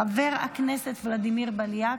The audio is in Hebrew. חבר הכנסת ולדימיר בליאק,